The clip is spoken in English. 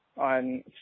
on